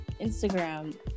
Instagram